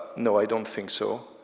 no, i don't think so.